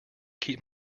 keep